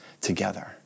together